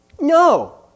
No